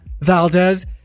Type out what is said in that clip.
valdez